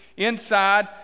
inside